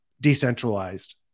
decentralized